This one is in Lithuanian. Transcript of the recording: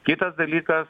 kitas dalykas